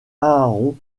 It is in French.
aaron